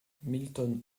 milton